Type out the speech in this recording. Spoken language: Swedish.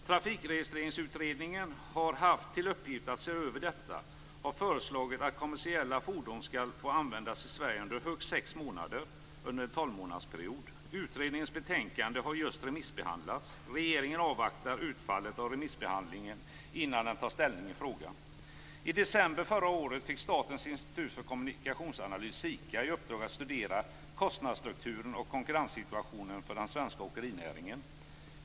Trafikregisterutredningen, som har haft till uppgift att se över detta, har föreslagit att kommersiella fordon skall få användas i Sverige under högst sex månader under en tolvmånadersperiod. Utredningens betänkande har just remissbehandlats. Regeringen avvaktar utfallet av remissbehandlingen innan den tar ställning i frågan. I december förra året fick Statens institut för kommunikationsanalys, SIKA, i uppdrag att studera kostnadsstrukturen och konkurrenssituationen för den svenska åkerinäringen.